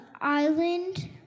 island